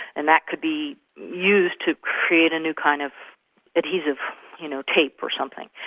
and that could be used to create a new kind of adhesive you know tape or something.